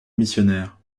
missionnaire